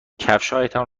کفشهایتان